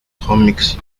comics